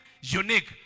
unique